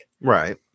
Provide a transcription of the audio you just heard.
Right